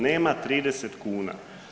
Nema 30 kuna.